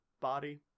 body